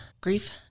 grief